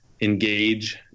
engage